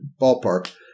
ballpark